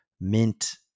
mint